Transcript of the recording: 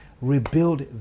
rebuild